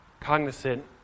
cognizant